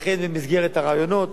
והיא אכן במסגרת הרעיונות,